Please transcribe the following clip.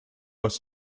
was